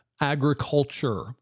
agriculture